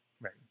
right